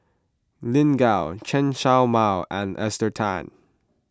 Lin Gao Chen Show Mao and Esther Tan